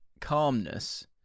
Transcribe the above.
calmness